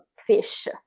Fish